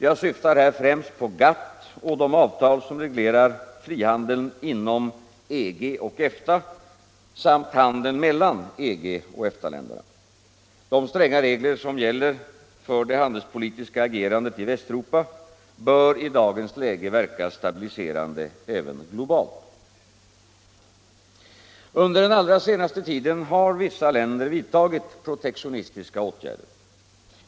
Jag syftar här främst på GATT och de avtal som reglerar frihandeln inom EG och EFTA samt handeln mellan EG och EFTA länderna. De stränga regler, som gäller för det handelspolitiska agerandet i Västeuropa, bör i dagens läge verka stabiliserande även globalt. Under den allra senaste tiden har vissa länder vidtagit protektionistiska åtgärder.